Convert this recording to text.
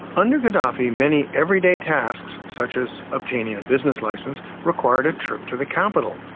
under gaddafi, many everyday tasks, such as obtaining a business license, required a trip to the capital.